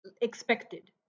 expected